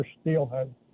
steelhead